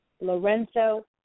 Lorenzo